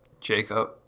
Jacob